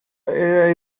area